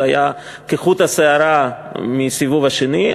זה היה כחוט השערה מסיבוב שני,